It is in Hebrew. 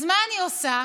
אז מה אני עושה?